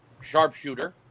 sharpshooter